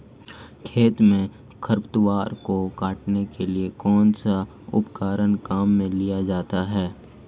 खेत में खरपतवार को काटने के लिए कौनसा उपकरण काम में लिया जाता है?